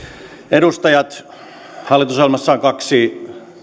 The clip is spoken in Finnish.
edustajat hallitusohjelmassa on kaksi